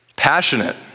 Passionate